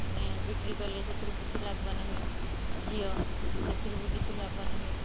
ମାନେ ବିକ୍ରି କଲେ ସେଥିରୁ କିଛି ଲାଭବାନ ହୁଏ ଘିଅ ସେଥିରୁ ବି କିଛି ଲାଭବାନ ହୁଏ